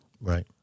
Right